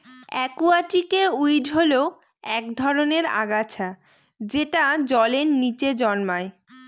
একুয়াটিকে উইড হল এক ধরনের আগাছা যেটা জলের নীচে জন্মায়